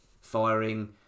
firing